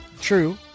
True